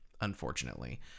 unfortunately